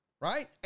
Right